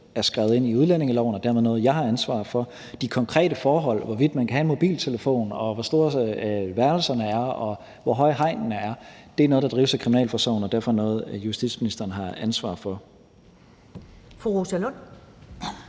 er skrevet ind i udlændingeloven og er dermed noget, som jeg har ansvaret for, mens de konkrete forhold, såsom hvorvidt man kan have en mobiltelefon, hvor store værelserne er, og hvor højt hegnet er, er noget, der drives af kriminalforsorgen, og er derfor noget, som justitsministeren har ansvar for. Kl.